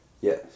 Yes